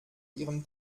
ihrem